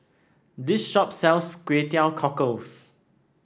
this shop sells Kway Teow Cockles